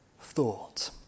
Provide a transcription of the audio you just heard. thought